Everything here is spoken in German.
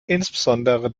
insbesondere